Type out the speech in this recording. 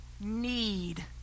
need